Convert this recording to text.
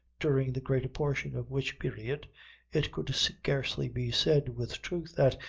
during the greater portion of which period it could scarcely be said with truth that,